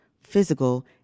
physical